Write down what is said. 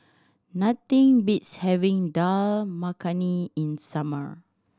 nothing beats having Dal Makhani in summer